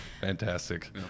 Fantastic